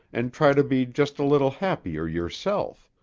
and try to be just a little happier yourself.